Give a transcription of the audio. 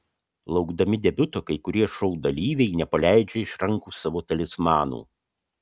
laukdami debiuto kai kurie šou dalyviai nepaleidžia iš rankų savo talismanų